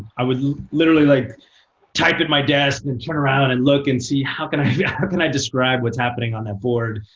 i would literally like type at my desk, and turn around and look, and see how can yeah but can i describe what's happening on that board,